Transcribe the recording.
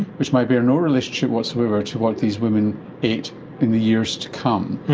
which might bear no relationship whatsoever to what these women ate in the years to come.